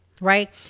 right